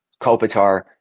Kopitar